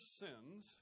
sins